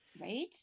right